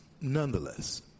nonetheless